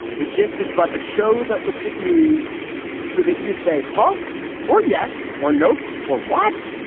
the gist is but a show that looks at news so that you say ha or yes or nope. or what.